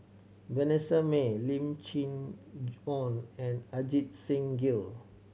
Vanessa Mae Lim Chee Onn and Ajit Singh Gill